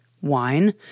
Wine